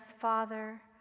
father